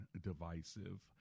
divisive